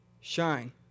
Shine